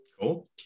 Cool